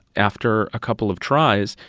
after a couple of tries,